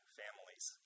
families